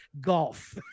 golf